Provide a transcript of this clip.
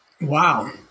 Wow